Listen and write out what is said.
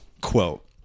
quote